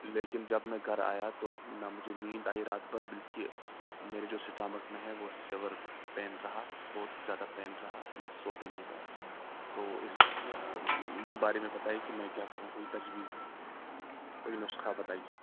لیکن جب میں گھر آیا تو نہ مجھے نیند آئی رات بھر بلکہ میرے جو سٹامک میں ہے وہ سیور پین رہا بہت زیادہ پین رہا میں سو بھی نہیں پایا تو اس بارے میں بتائیے کہ میں کیا کروں کوئی تجویز کوئی نسخہ بتائیے